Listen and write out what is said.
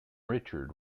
richard